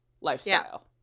lifestyle